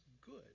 good